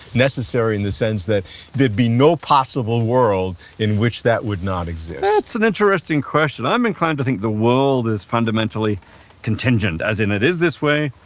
necessary in the sense that there'd be no possible world in which that would not exist? that's an interesting question. i'm inclined to think the world is fundamentally contingent, as in it is this way,